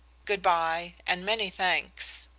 good-by, and many thanks.